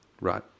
Right